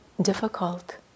difficult